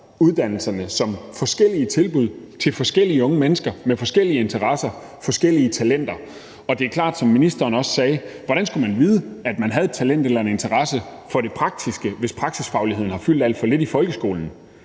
uddannelserne som forskellige tilbud til forskellige unge mennesker med forskellige interesser, forskellige talenter. Det er klart, som ministeren også sagde: Hvordan skal man vide, at man har et talent eller en interesse for det praktiske, hvis praksisfagligheden har fyldt alt for lidt i folkeskolen?